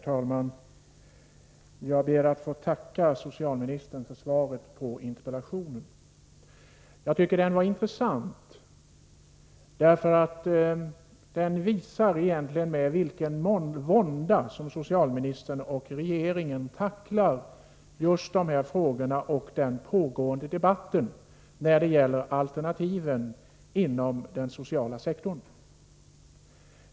Herr talman! Jag ber att få tacka socialministern för svaret på min interpellation. Jag tycker att det var intressant. Det visar med vilken vånda socialministern, och regeringen i övrigt, tacklar olika frågor och den pågående debatten just beträffande alternativen inom den sociala sektorn.